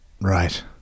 Right